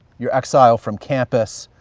your exile from campus,